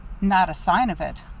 not a sign of it.